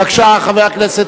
בבקשה, חבר הכנסת